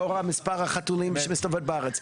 לאור מספר החתולים שמסתובבים בארץ,